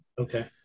Okay